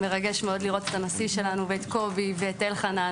מרגש מאוד לראות את הנשיא שלנו ואת קובי ואת אלחנן